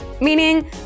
Meaning